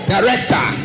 Director